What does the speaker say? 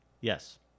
Yes